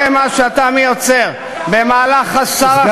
זה מה שאתה מייצר במהלך חסר אחריות,